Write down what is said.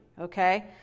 okay